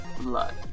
Blood